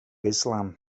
islam